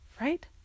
Right